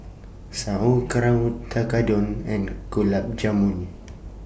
Sauerkraut Tekkadon and Gulab Jamun